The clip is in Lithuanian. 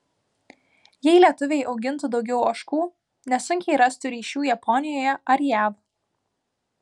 jei lietuviai augintų daugiau ožkų nesunkiai rastų ryšių japonijoje ar jav